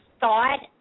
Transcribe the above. thought